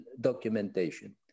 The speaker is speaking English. documentation